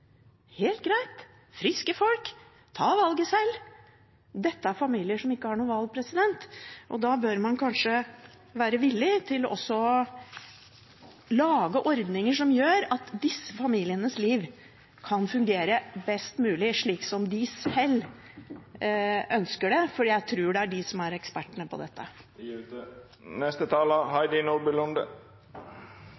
helt greit, friske folk, ta valget sjøl! Dette er familier som ikke har noe valg, og da bør man kanskje være villig til også å lage ordninger som gjør at disse familienes liv kan fungere best mulig, slik som de selv ønsker det, for jeg tror det er de som er ekspertene på dette.